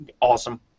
awesome